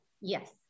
Yes